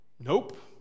nope